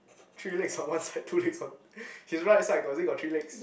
three legs on one side two legs on his right side got is it got three legs